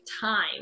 time